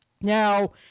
Now